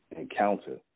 encounter